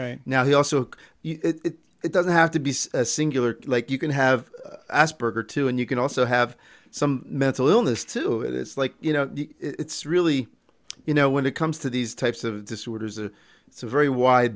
right now he also doesn't have to be singular like you can have asperger too and you can also have some mental illness too it's like you know it's really you know when it comes to these types of disorders and it's a very wide